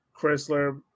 Chrysler